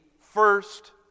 first